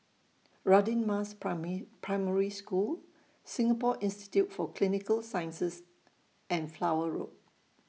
Radin Mas Primary School Singapore Institute For Clinical Sciences and Flower Road